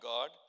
God